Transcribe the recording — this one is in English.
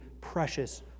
precious